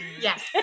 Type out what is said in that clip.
Yes